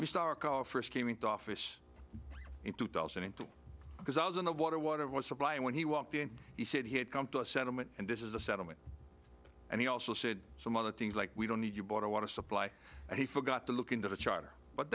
our first came into office in two thousand and two because i was in the water water water supply and when he walked in he said he had come to a settlement and this is a settlement and he also said some other things like we don't need you bought a water supply and he forgot to look into the charter but